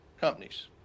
companies